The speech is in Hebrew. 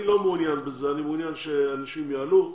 אני לא מעוניין בזה, אני מעוניין שאנשים יעלו,